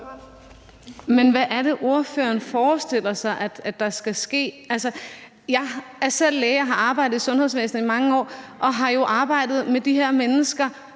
Men hvad er det, ordføreren forestiller sig at der skal ske? Altså, jeg er selv læge og har arbejdet i sundhedsvæsenet i mange år og har jo arbejdet med de her mennesker,